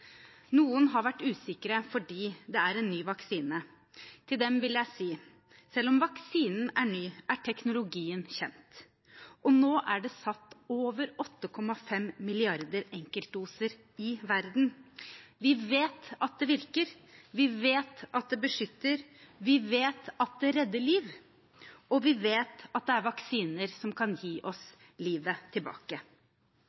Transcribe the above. Noen har vært usikre fordi det er en ny vaksine. Til dem vil jeg si: Selv om vaksinen er ny, er teknologien kjent, og nå er det satt over 8,5 milliarder enkeltdoser i verden. Vi vet at det virker, vi vet at det beskytter, vi vet at det redder liv, og vi vet at det er vaksiner som kan gi oss